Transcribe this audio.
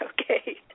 Okay